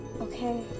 Okay